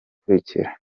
ukurikira